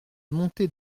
montée